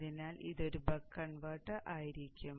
അതിനാൽ ഇത് ഒരു ബക്ക് കൺവെർട്ടർ ആയിരിക്കും